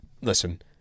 listen—